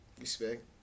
respect